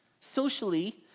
Socially